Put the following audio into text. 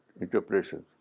interpretations